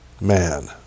man